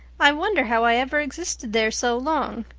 i wonder how i ever existed there so long.